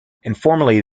informally